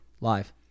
live